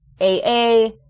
AA